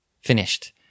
finished